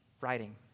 writing